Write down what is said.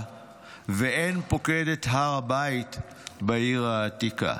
/ ואין פוקד את הר הבית / בעיר העתיקה."